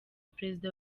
perezida